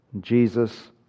Jesus